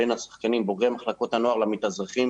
בין השחקנים בוגרי מחלקות הנוער למתאזרחים,